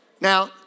Now